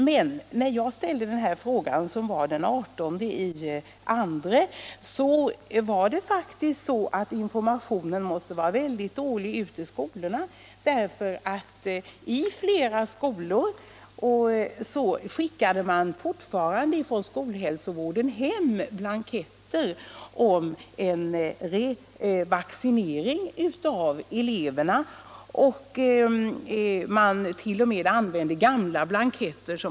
Men när jag ställde frågan den 18 februari måste informationen till skolorna ha varit dålig. Flera skolor skickade nämligen hem blanketter om revaccinering av eleverna, där det stod att smittkoppsvaccinering var obligatorisk.